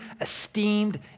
esteemed